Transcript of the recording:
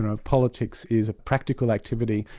and politics is a practical activity,